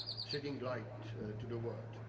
shedding light to the world.